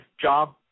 job